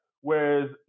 Whereas